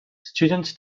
students